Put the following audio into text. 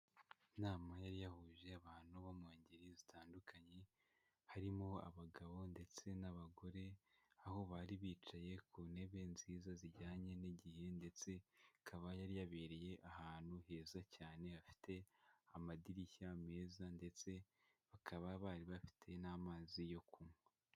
Inama yari yahuje abantu bo mu ngeri zitandukanye. Harimo abagabo ndetse n'abagore, aho bari bicaye ku ntebe nziza zijyanye n'igihe ndetse ikaba yari yabereye ahantu heza cyane. Hafite amadirishya meza ndetse bakaba bari bafite n'amazi yo kunywa.